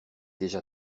déjà